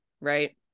right